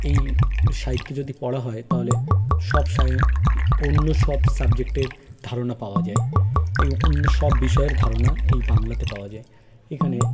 এই সাহিত্য যদি পড়া হয় তাহলে সব অন্য সব সাবজেক্টের ধারণা পাওয়া যায় এবং অন্য সব বিষয়ের ধারণা এই বাংলাতে পাওয়া যায় এখানে